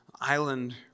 island